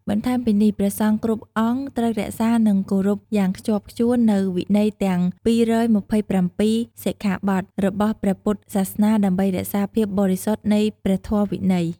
បន្ថែមពីនេះ ព្រះសង្ឃគ្រប់អង្គត្រូវរក្សា និងគោរពយ៉ាងខ្ជាប់ខ្ជួននូវវិន័យទាំង ២២៧ សិក្ខាបទរបស់ព្រះពុទ្ធសាសនាដើម្បីរក្សាភាពបរិសុទ្ធនៃព្រះធម៌វិន័យ។